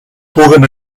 puguen